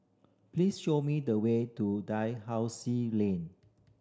please show me the way to Dalhousie Lane